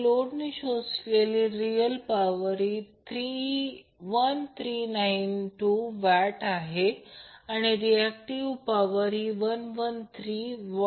त्याचप्रमाणे voltage Vab Vbc Vca या सर्व गोष्टी भिन्न असू शकतात